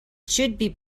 should